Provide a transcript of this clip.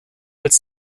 als